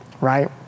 right